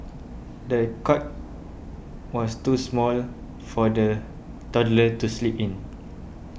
the cot was too small for the toddler to sleep in